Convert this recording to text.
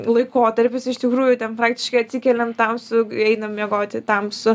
laikotarpis iš tikrųjų ten praktiškai atsikeliam tamsu einam miegoti tamsu